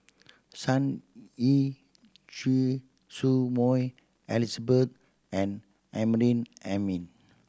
Sun Yee Choy Su Moi Elizabeth and Amrin Amin